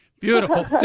beautiful